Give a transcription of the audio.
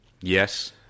Yes